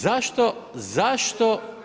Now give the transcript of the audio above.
Zašto, zašto